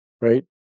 Right